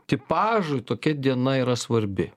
tipažui tokia diena yra svarbi